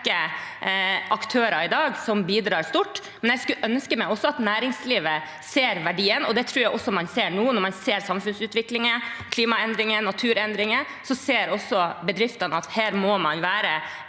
aktører i dag som bidrar stort, men jeg skulle ønske at næringslivet ser verdien, og det tror jeg også man gjør nå, når man ser samfunnsutviklingen, klimaendringene og naturendringene. Da ser også bedriftene at man her må være